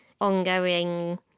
ongoing